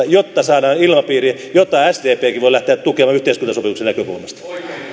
jotta saadaan ilmapiiri jota sdpkin voi lähteä tukemaan yhteiskuntasopimuksen näkökulmasta